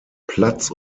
platz